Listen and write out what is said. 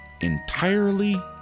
Entirely